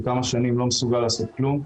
וכמה שנים לא מסוגל לעשות כלום.